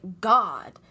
God